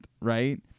right